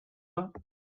out